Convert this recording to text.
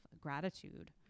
gratitude